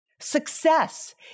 Success